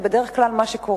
זה בדרך כלל מה שקורה,